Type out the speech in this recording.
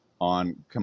on